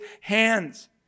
hands